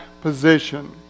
position